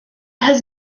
has